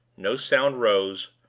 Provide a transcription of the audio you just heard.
no sound rose,